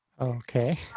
Okay